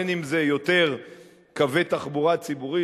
בין אם זה יותר קווי תחבורה ציבורית,